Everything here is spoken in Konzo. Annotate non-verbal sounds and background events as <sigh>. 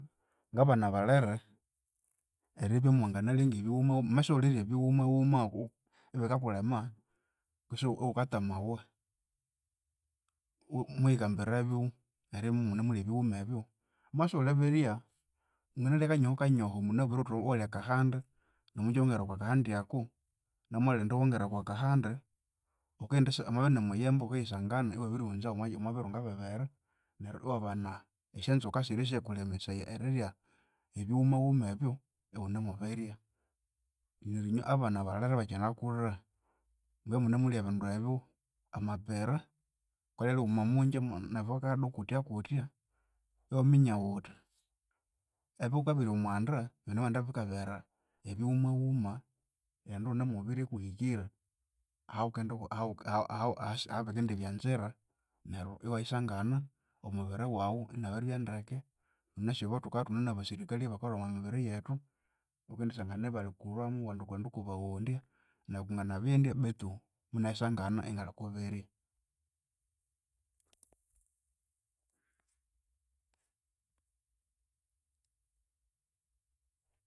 Ngabana balere, eribya imwanganalenga ebighuma wamabya isiwulirya ebighuma ghuma ibikakulema kwesi iwukatamawa <hesitation> muyikambirebyo eribya imunemulya ebighuma ebyo wamabya isiwulibirya wanginalya kanyoho kanyoho munabwire iwalya akahandi nomungya iwongera okwa kahandi ako, namwalindi iwongera okwa kahandi, wukindisa amabya ini muyembe wukiyisangana iwabirighunzawu omwabiro bibiri neryu iwabana esyonzoka sirya esya kulemesaya ebighuma ghuma ebyo iwunemubirya. Neryu inywe abana balere abakyinakulha, mubye imunemulya ebindu ebyo. Amapere, wukalya righuma omungya ne vacado kutya kutya iwaminya wuthi ebihuka ebiri omwanda binemughenda bikabeghera ebighuma ghuma, erighenda iwunemubirya kuhikira ahawu <hesitation> ahabikendibyanzira neryu iwayisangana omubiri wawu inabiribya ndeke wunasi obo thukabya ithunenabasirikalhi abakalhwa omwamibiri yethu. Wukendisangana ibalikulhwamu iwulikughenda wukabaghondya. Nayi kunganabya indya betu munayisangana ingalikubirya.